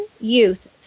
youth